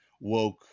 Woke